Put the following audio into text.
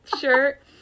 shirt